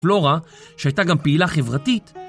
פלורה שהייתה גם פעילה חברתית